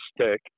stick